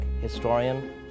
historian